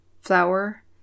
flour